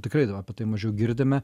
tikrai daba apie tai mažiau girdime